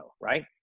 right